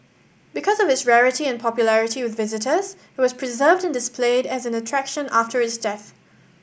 because of its rarity and popularity with visitors it was preserved and displayed as an attraction after its death